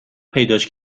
پیداش